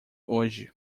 hoje